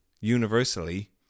universally